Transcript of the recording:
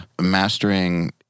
mastering